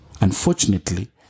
Unfortunately